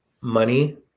money